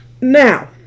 Now